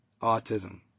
Autism